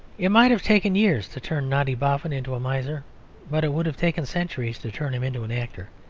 it might have taken years to turn noddy boffin into a miser but it would have taken centuries to turn him into an actor.